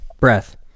Breath